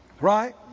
Right